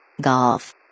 Golf